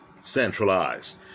centralized